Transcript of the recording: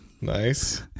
nice